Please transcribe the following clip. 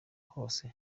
hose